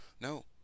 no